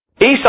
Esau